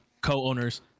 co-owners